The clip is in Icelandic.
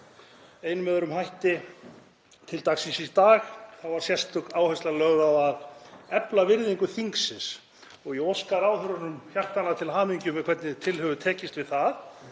eða öðrum hætti til dagsins í dag, var sérstök áhersla lögð á að efla virðingu þingsins og ég óska ráðherrunum hjartanlega til hamingju með hvernig til hefur tekist við það.